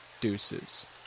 deuces